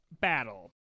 battle